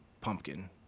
pumpkin